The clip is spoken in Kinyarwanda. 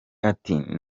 ati